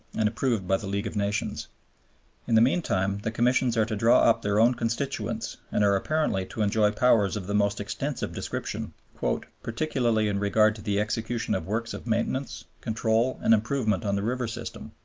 and approved by the league of nations. seventy in the meantime the commissions are to draw up their own constitutions and are apparently to enjoy powers of the most extensive description, particularly in regard to the execution of works of maintenance, control, and improvement on the river system,